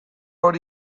hori